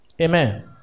Amen